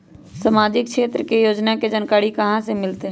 सामाजिक क्षेत्र के योजना के जानकारी कहाँ से मिलतै?